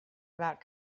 about